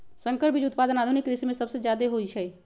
संकर बीज उत्पादन आधुनिक कृषि में सबसे जादे होई छई